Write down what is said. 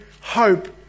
hope